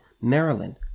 Maryland